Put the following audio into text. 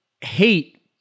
hate